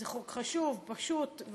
זה חוק חשוב, פשוט,